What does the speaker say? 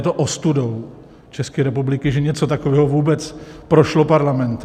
Je to ostudou České republiky, že něco takového vůbec prošlo parlamentem.